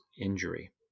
injury